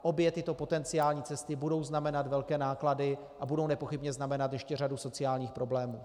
Obě tyto potenciální cesty budou znamenat velké náklady a budou nepochybně znamenat ještě řadu sociálních problémů.